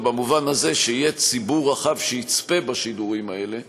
במובן הזה שיהיה ציבור רחב שיצפה בשידורים האלה,